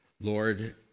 Lord